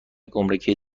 گمرکی